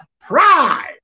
Pride